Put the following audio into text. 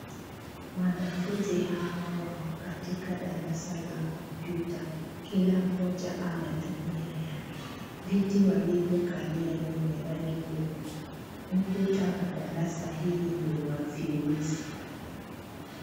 Wanafunzi hawa wako katika darasa la kompyuta, kila mmoja anatumia yake. Viti walivyokalia ni vya rangi nyeupe, ukuta wa darasa hii ni wa filisi.